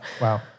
wow